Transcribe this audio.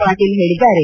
ಪಾಟೀಲ್ ಹೇಳಿದ್ದಾರೆ